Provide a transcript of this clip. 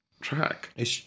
track